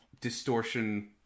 distortion